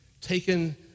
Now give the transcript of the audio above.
taken